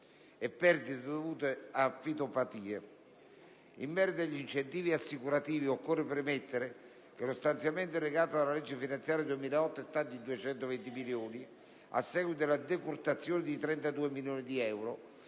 e perdite dovute a epizozie e fitopatie. In merito agli incentivi assicurativi, occorre premettere che lo stanziamento recato dalla legge finanziaria 2008 è stato di 220 milioni di euro; a seguito della decurtazione di 32 milioni di euro